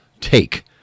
take